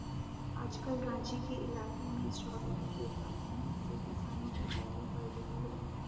आजकल राँची के इलाके में स्ट्रॉबेरी के उत्पादन से किसानों की आय भी बढ़ रही है